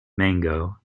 mango